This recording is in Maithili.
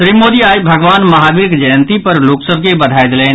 श्री मोदी आई भगबान महावीरक जयंती पर लोकसभ के बधाई देलनि